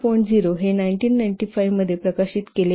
0 हे 1995 मध्ये प्रकाशित केले